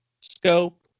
scope